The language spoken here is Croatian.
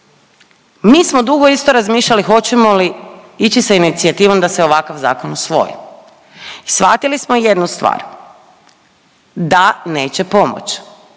mi smo dugo isto razmišljali hoćemo li ići sa inicijativom da se ovakav zakon usvoji. Shvatili smo jednu stvar da neće pomoći